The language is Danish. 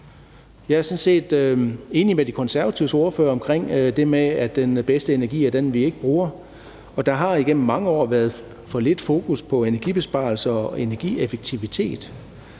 set enig med De Konservatives ordfører omkring det med, at den bedste energi er den, vi ikke bruger, og der har igennem mange år været for lidt fokus på energibesparelser og energieffektivitet.